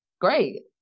great